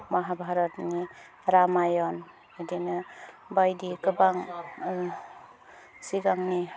महाभारतनि रामायन इदिनो बायदि गोबां सिगांनि